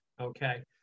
okay